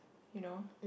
you know